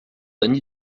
bonne